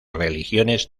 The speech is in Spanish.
religiones